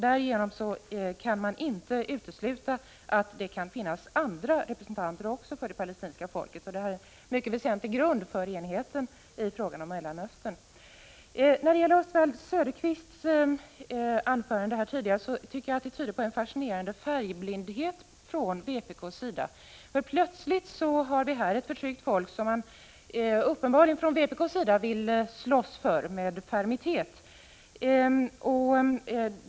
Därigenom kan man inte utesluta att det kan finnas också andra representanter för det palestinska folket. Detta är en mycket väsentlig grund för enigheten i fråga om Mellanöstern. Jag tycker att Oswald Söderqvists anförande här tidigare tyder på en fascinerande färgblindhet från vpk:s sida. Plötsligt har vi här ett förtryckt folk som man från vpk:s sida uppenbarligen vill slåss för med fermitet.